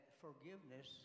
forgiveness